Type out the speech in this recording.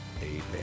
Amen